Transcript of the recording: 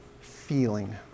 feeling